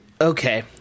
okay